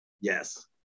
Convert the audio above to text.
yes